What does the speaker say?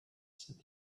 said